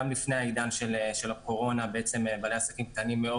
גם לפני העידן של הקורונה בעלי עסקים קטנים היה